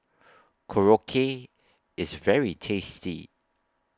Korokke IS very tasty